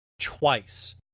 twice